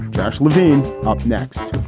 josh levine. up next